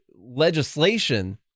legislation